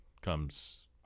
comes